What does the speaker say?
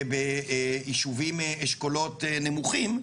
וביישובים אשכולות נמוכים,